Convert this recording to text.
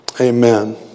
amen